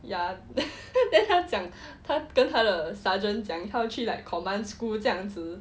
ya then 他讲他跟他的 sergeant 讲他们去 like command school 这样子